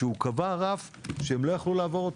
שקבע רף שהם לא יכלו לעבור אותו,